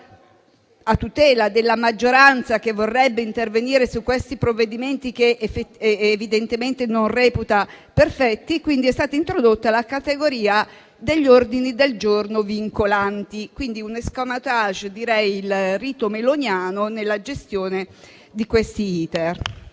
a tutela della maggioranza, che vorrebbe intervenire su questi provvedimenti che evidentemente non reputa perfetti - la categoria degli ordini del giorno vincolanti, quindi un *escamotage* - il rito meloniano, direi - nella gestione di questi *iter*.